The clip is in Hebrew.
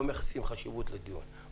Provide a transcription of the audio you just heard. חברי הכנסת לא מייחסים חשיבות לדיון,